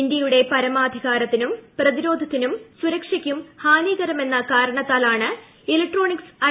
ഇന്ത്യയുടെ പരമാധികാരത്തിനും പ്രതിരോധത്തിനും സുരക്ഷയ്ക്കും ഹാനികരമെന്ന കാരണത്താലാണ് ഇലക്ട്രോണിക് സ് ഐ